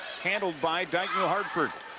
handled by dyke new hartford